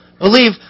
believe